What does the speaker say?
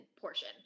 portion